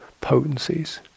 potencies